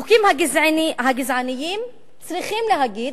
החוקים הגזעניים, צריכים להגיד,